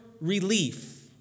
relief